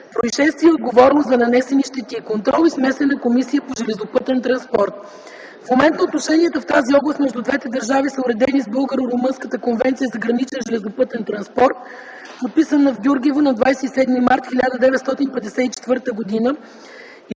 произшествия и отговорност за нанесени щети; контрол и смесена комисия по железопътен транспорт. В момента отношенията в тази област между двете държави са уредени с Българо-румънската конвенция за граничен железопътен транспорт, подписана в Гюргево на 27 март 1954 г.,